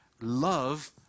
love